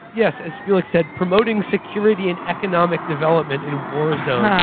yes, as felix said, promoting security and economic development in a war zone.